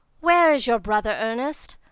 where is your brother ernest?